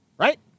Right